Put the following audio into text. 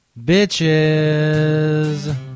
bitches